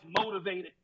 motivated